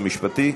המשפטי.